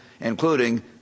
including